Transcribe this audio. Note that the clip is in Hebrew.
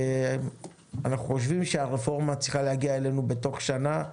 לדעתנו, הרפורמה צריכה להגיע אלינו בתוך שנה.